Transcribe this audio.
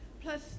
plus